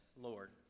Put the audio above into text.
Lord